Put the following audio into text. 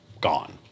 gone